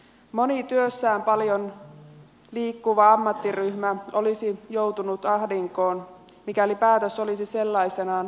moni työssään paljon liikkuva ammattiryhmä olisi joutunut ahdinkoon mikäli päätös olisi sellaisenaan toteutettu